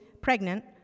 pregnant